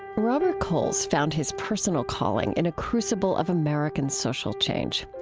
robert coles found his personal calling in a crucible of american social change.